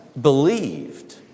believed